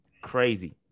crazy